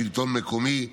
לשלטון המקומי,